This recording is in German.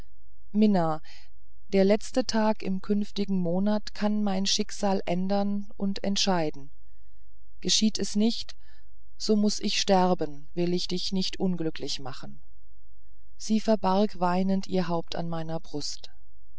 mina der letzte tag im künftigen monat kann mein schicksal ändern und entscheiden geschieht es nicht so muß ich sterben weil ich dich nicht unglücklich machen will sie verbarg weinend ihr haupt an meiner brust